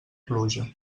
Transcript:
pluja